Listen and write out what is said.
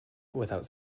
without